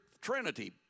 Trinity